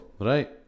Right